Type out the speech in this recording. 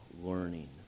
learning